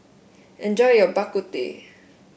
enjoy your Bak Kut Teh